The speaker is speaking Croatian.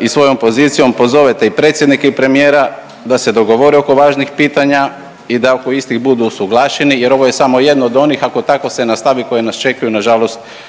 i svojom pozicijom pozovete i predsjednika i premijera da se dogovore oko važnih pitanja i da oko istih budu usuglašeni, jer ovo je samo jedno od onih ako tako se nastavi koje nas čekaju na žalost